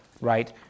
right